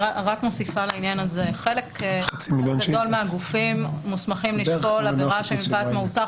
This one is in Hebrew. חלק גדול מהגופים מוסמכים לשקול עבירה שמפאת מהותה,